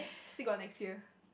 still got next year